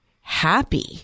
happy